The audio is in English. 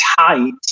tight